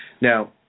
Now